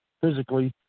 physically